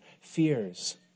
fears